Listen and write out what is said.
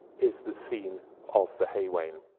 is the scene of the hay wain.